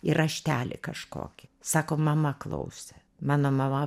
ir raštelį kažkokį sako mama klausė mano mama